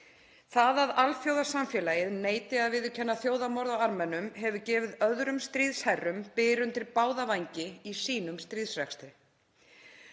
Það að alþjóðasamfélagið neiti að viðurkenna þjóðarmorð á Armenum hefur gefið öðrum stríðsherrum byr undir báða vængi í sínum stríðsrekstri.